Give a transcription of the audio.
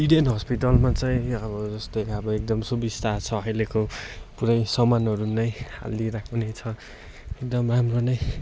Eden हस्पिटलमा चाहिँ अब जस्तै अब एकदम सुबिस्ता छ अहिलेको पुरै सामानहरू नै हालिरहेको नै छ एकदम राम्रो नै